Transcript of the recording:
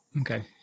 okay